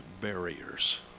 barriers